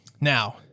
Now